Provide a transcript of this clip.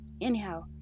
Anyhow